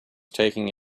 taking